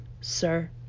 sir